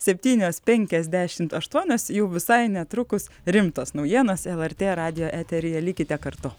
septynios penkiasdešimt aštuonios jau visai netrukus rimtos naujienos lrt radijo eteryje likite kartu